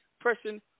person